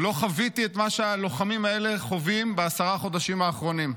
לא חוויתי את מה שהלוחמים האלה חווים בעשרת החודשים האחרונים.